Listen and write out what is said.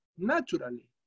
Naturally